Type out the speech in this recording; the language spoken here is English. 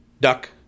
duck